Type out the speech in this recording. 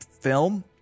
film